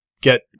get